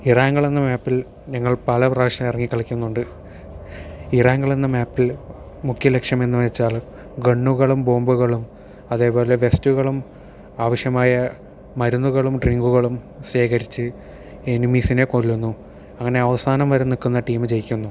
Erangel എന്ന മേപ്പിൽ ഞങ്ങൾ പല പ്രാവിശ്യം ഇറങ്ങി കളിക്കുന്നുണ്ട് ഇറാങ്ങൾ എന്ന മേപ്പിൽ മുഖ്യ ലക്ഷ്യം എന്നു വെച്ചാൽ ഗണ്ണുകളും ബോംബും അതുപോലെ വെസ്റ്റുകളും ആവശ്യമായ മരുന്നുകളും ഡ്രിങ്കുകളും ശേഖരിച്ച് എനിമീസിനെ കൊല്ലുന്നു അങ്ങനെ അവസാനം വരെ നിക്കുന്ന ടീം ജയിക്കുന്നു